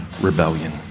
rebellion